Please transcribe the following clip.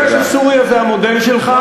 אני יודע שסוריה זה המודל שלך,